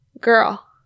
girl